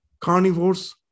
carnivores